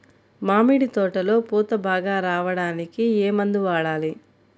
మామిడి తోటలో పూత బాగా రావడానికి ఏ మందు వాడాలి?